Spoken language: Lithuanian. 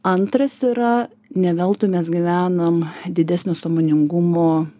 antras yra ne veltui mes gyvenam didesnio sąmoningumo